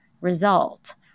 result